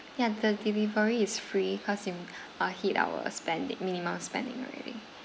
yeah the delivery is free because it uh hit our spending minimum spending already